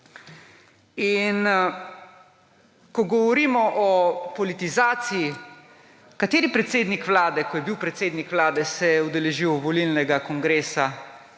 ko govorimo o politizaciji, kateri predsednik vlade, ko je bil predsednik vlade, se je udeležil volilnega kongresa